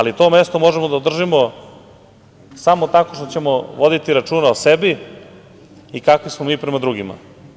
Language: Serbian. To mesto možemo da održimo samo tako što ćemo voditi računa o sebi i kakvi smo mi prema drugima.